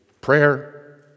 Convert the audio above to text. Prayer